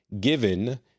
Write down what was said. given